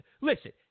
listen